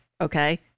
Okay